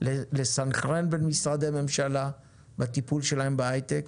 לסנכרן בין משרדי הממשלה בטיפול שלהם בהיי-טק,